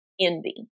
envy